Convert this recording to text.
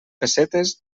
pessetes